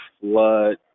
flood